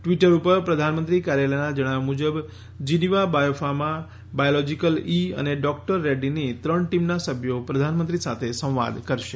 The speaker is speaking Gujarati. ટ્વિટર ઉપર પ્રધાનમંત્રી કાર્યાલયના જણાવ્યા મુજબ જીનોવા બાયોફાર્મા બાયોલોજીકલ ઈ અને ડૉક્ટર રેડ્ડીની ત્રણ ટીમના સભ્યો પ્રધાનમંત્રી સાથે સંવાદ કરશે